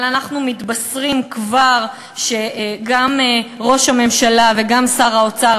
אבל אנחנו מתבשרים כבר שגם ראש הממשלה וגם שר האוצר,